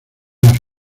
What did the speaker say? las